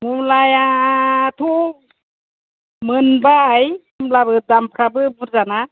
मुला आथ' मोनबाय होनब्लाबो दामफ्राबो बुरजा ना